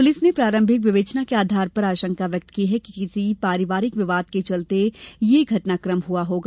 police ने प्रारंभिक विवेचना के आधार पर आशंका व्यक्त की है कि किसी पारिवारिक विवाद के चलते ये घटनाक्रम हुआ होगा